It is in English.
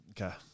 Okay